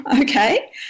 okay